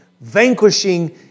vanquishing